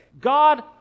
God